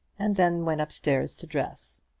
and then went up-stairs to dress